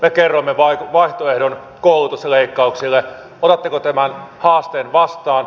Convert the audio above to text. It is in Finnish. me kerromme vaihtoehdon koulutusleikkauksille otatteko tämän haasteen vastaan